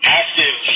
active